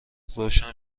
روشن